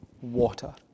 water